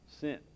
sin